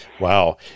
Wow